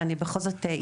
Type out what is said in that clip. ואני בכל זאת אתחבר.